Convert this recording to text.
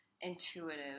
intuitive